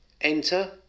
Enter